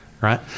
right